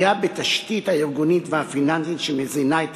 פגיעה בתשתית הארגונית והפיננסית שמזינה את